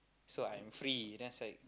so I'm free then I was like